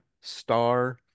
star